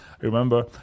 remember